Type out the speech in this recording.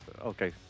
okay